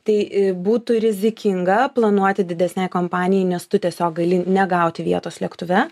tai būtų rizikinga planuoti didesnei kompanijai nes tu tiesiog gali negauti vietos lėktuve